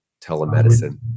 telemedicine